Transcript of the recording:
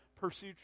pursue